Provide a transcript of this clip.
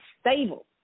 stable